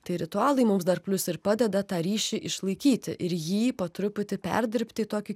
tai ritualai mums dar plius ir padeda tą ryšį išlaikyti ir jį po truputį perdirbti į tokį